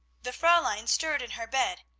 the fraulein stirred in her bed.